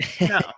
no